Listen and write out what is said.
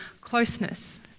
closeness